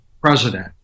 president